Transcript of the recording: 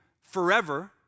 forever